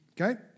okay